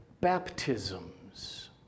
baptisms